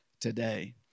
today